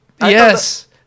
Yes